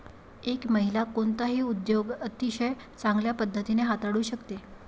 एक महिला कोणताही उद्योग अतिशय चांगल्या पद्धतीने हाताळू शकते